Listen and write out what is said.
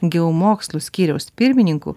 geomokslų skyriaus pirmininku